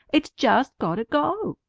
it's just gotta go!